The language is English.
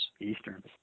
Easterns